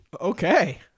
Okay